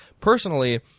personally